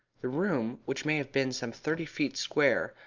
the room, which may have been some thirty feet square,